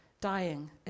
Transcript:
dying